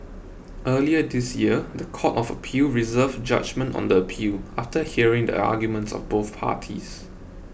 earlier this year the Court of Appeal reserved judgement on the appeal after hearing the arguments of both parties